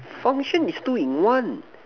foundation is two in one